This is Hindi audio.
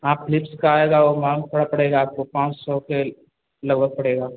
हाँ फिलिप्स का आएगा वो महंगा थोड़ा पड़ेगा आपको पाँच सौ के लगभग पड़ेगा